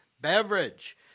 beverage